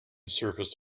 surfaced